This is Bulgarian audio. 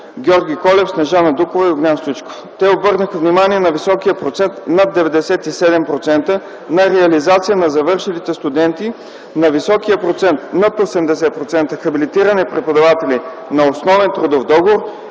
Георги Колев, Снежана Дукова и Огнян Стоичков. Те обърнаха внимание на високия процент (над 97%) на реализация на завършилите студенти, на високия процент (над 80%) хабилитирани преподаватели на основен трудов договор